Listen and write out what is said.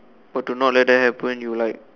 but to not let that happen you like